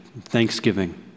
thanksgiving